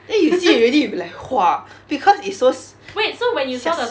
then you see already you be like !wah! because it's so s~ 吓死